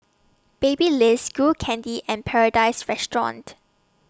Babyliss Skull Candy and Paradise Restaurant